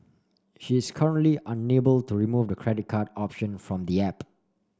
she is currently unable to remove the credit card option from the app